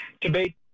Debate